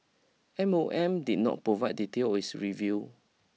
M O M did not provide details of its review